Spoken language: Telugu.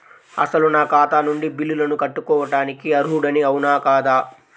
అసలు నా ఖాతా నుండి బిల్లులను కట్టుకోవటానికి అర్హుడని అవునా కాదా?